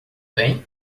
bem